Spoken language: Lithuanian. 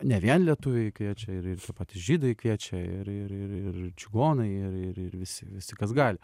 ne vien lietuviai kviečia ir ir patys žydai kviečia ir ir ir ir čigonai ir ir ir visi visi kas gali